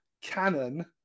canon